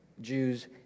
Jews